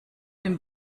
dem